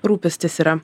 rūpestis yra